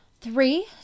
three